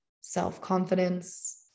self-confidence